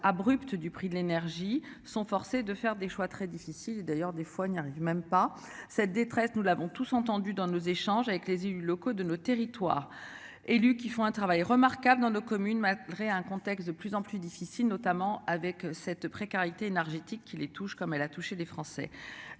abrupte du prix de l'énergie sont forcés de faire des choix très difficiles, d'ailleurs, des fois on y arrive même pas cette détresse, nous l'avons tous entendu dans nos échanges avec les élus locaux de nos territoires élus qui font un travail remarquable dans nos communes. Malgré un contexte de plus en plus difficile, notamment avec cette précarité énergétique qui les touchent comme elle a touché les français